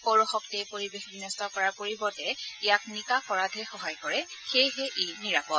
সৌৰ শক্তিয়ে পৰিৱেশ বিন্ট কৰাৰ পৰিৱৰ্তে ইয়াক নিকা কৰাতহে সহায় কৰে সেয়েহে ই নিৰাপদ